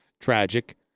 tragic